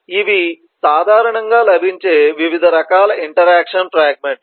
ఇవి సాధారణంగా లభించే వివిధ రకాల ఇంటరాక్షన్ ఫ్రాగ్మెంట్ లు